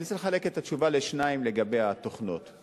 אני אנסה לחלק את התשובה לגבי התוכנות לשני חלקים.